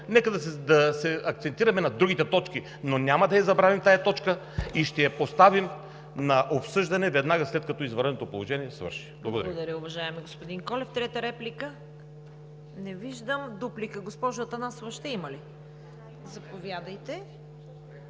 нека акцентираме върху другите точки, но няма да я забравим тази точка и ще я поставим на обсъждане веднага след като извънредното положение свърши. Благодаря.